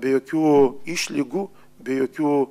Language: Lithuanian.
be jokių išlygų be jokių